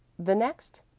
the next,